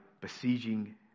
besieging